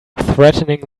threatening